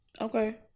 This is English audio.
Okay